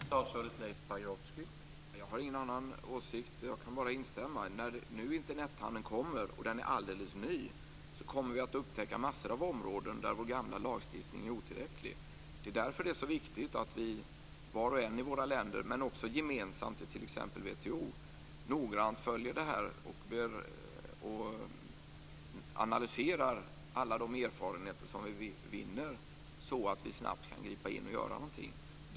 Herr talman! Jag har ingen annan åsikt. Jag kan bara instämma. När nu Internethandeln kommer och den är alldeles ny, kommer vi att upptäcka massor av områden där vår gamla lagstiftning är otillräcklig. Det är därför som det är så viktigt att vart och ett av våra länder men också gemensamt, t.ex. i WTO, noggrant följer detta och analyserar alla de erfarenheter som vi vinner, så att vi snabbt kan gripa in och göra någonting.